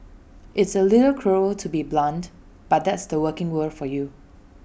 it's A little cruel to be blunt but that's the working world for you